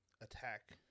Attack